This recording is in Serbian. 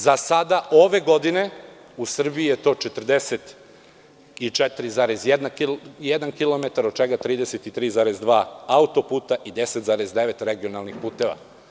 Za sada ove godine u Srbiji je to 44,1 kilometar, od čega je 33,2 autoputa, a 10,9 regionalni putevi.